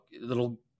little